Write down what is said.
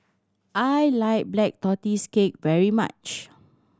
I like Black Tortoise Cake very much